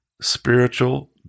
spiritual